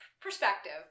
perspective